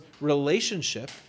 relationship